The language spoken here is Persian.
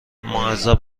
معذب